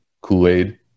Kool-Aid